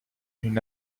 une